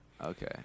Okay